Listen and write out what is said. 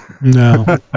No